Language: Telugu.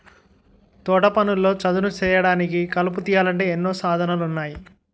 తోటపనుల్లో చదును సేయడానికి, కలుపు తీయాలంటే ఎన్నో సాధనాలున్నాయి